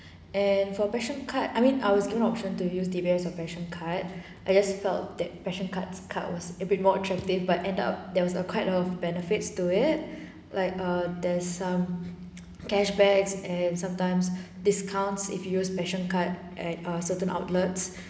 and for passion card I mean I was given option to use D_B_S passion card I just felt that passion card's card was a bit more attractive but end up there was a quite of benefits to it like uh there's some cashbacks and sometimes discounts if you use passion card at ah certain outlets